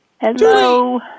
Hello